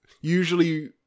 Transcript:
usually